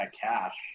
cash